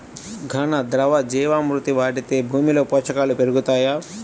ఘన, ద్రవ జీవా మృతి వాడితే భూమిలో పోషకాలు పెరుగుతాయా?